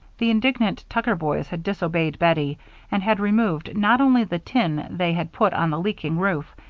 the indignant tucker boys had disobeyed bettie and had removed not only the tin they had put on the leaking roof,